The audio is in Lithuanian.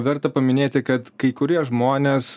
verta paminėti kad kai kurie žmonės